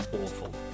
awful